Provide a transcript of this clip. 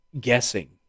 Guessing